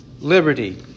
liberty